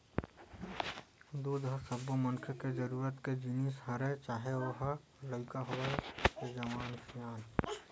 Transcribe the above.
दूद ह सब्बो मनखे के जरूरत के जिनिस हरय चाहे ओ ह लइका होवय ते जवान ते सियान